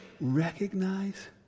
recognize